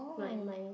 right mind